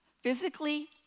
physically